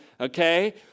okay